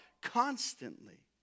constantly